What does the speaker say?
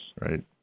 Right